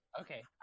okay